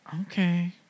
Okay